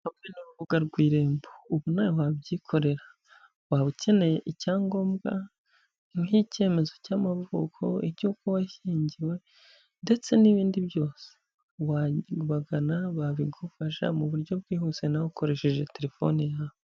Hamwe n'urubuga rw'Irembo ubu nawe wabyikorera, waba ukeneye icyangombwa nk'icyemezo cy'amavuko cy'uko washyingiwe ndetse n'ibindi byose, wabagana babigufasha mu buryo bwihuse nawe ukoresheje telefone yawe.